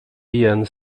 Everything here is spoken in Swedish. igen